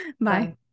Bye